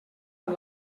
amb